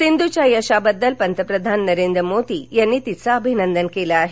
सिंधूच्या यशाबद्दल पंतप्रधान नरेंद्र मोदी यांनी तिचं अभिनंदन केलं आहे